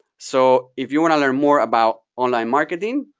so if you want to learn more about online marketing,